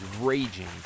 raging